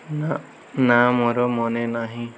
ନା ନା ମୋର ମନେନାହିଁ